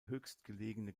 höchstgelegene